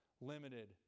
limited